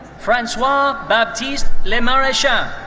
francois baptiste le marechal. ah